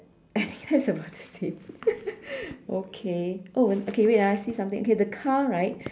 I think that's about the same okay wait ah I see something okay the car right